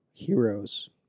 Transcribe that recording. heroes